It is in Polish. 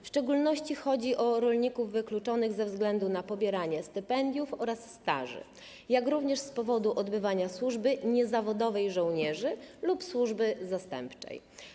W szczególności chodzi o rolników wykluczonych ze względu na pobieranie stypendiów oraz odbywanie staży, jak również z powodu odbywania służby niezawodowej żołnierzy lub służby zastępczej.